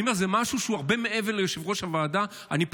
אני אומר,